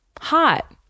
hot